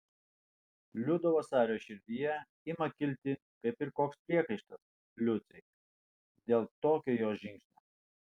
liudo vasario širdyje ima kilti kaip ir koks priekaištas liucei dėl tokio jos žingsnio